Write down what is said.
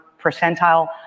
percentile